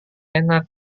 enak